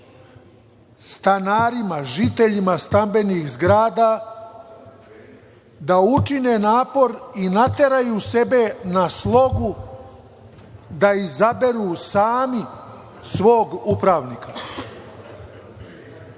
stanarima, žiteljima stambenih zgrada da učine napor i nateraju sebe na slogu, da izaberu sami svog upravnika. Živim